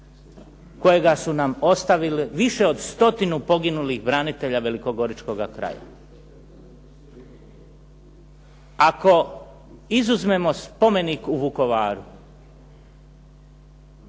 kojega su nam ostavili više od 100 poginulih branitelja velikogoričkoga kraja. Ako izuzmemo spomenik u Vukovaru